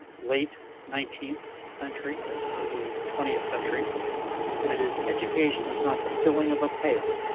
late nineteenth century and early twentieth century and it is. education is not the filling of a pale,